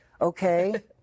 okay